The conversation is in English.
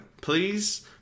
Please